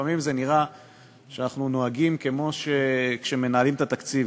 לפעמים זה נראה שאנחנו נוהגים כמו כשמנהלים את התקציב.